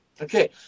Okay